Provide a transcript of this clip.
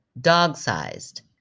dog-sized